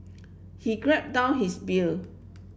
he grip down his beer